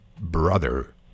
brother